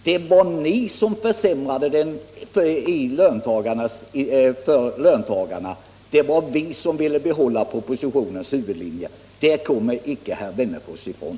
Det var ni som försämrade förslaget för löntagarna, det var vi som ville behålla propositionens huvudlinjer. Det kommer herr Wennerfors icke ifrån.